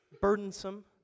burdensome